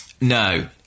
No